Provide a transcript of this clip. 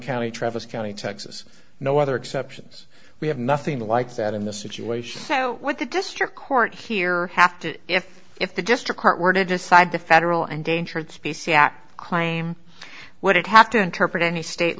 county travis county texas no other exceptions we have nothing like that in this situation so what the district court here have to if if the district court were to decide the federal and danger the speccy at claim would it have to interpret any state